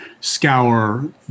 scour